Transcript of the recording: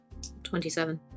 27